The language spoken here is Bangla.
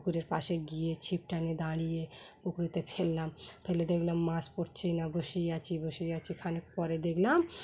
পুকুরের পাশে গিয়ে ছিপটাকে দাঁড়িয়ে পুকুরেতে ফেললাম ফেলে দেখলাম মাছ পড়ছেই না বসিয়ে আছি বসেই আছি খানিক পরে দেখলাম